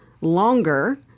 longer